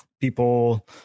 people